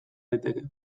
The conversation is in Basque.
daiteke